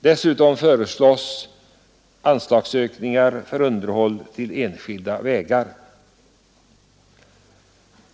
Dessutom föreslås anslagsökningar för underhåll av enskilda vägar.